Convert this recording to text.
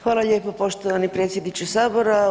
Hvala lijepo poštovani predsjedniče sabora.